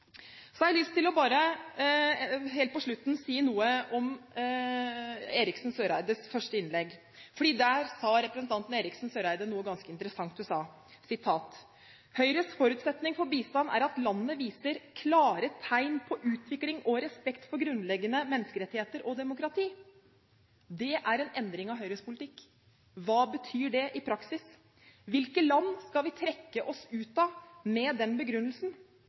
har jeg lyst til å si noe om Eriksen Søreides første innlegg. Der sa representanten Eriksen Søreide noe ganske interessant. Hun sa at Høyres forutsetning for bistand er at landet viser klare tegn på utvikling og respekt for grunnleggende menneskerettigheter og demokrati. Det er en endring av Høyres politikk. Hva betyr det i praksis? Hvilke land skal vi trekke oss ut av med den begrunnelsen,